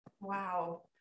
Wow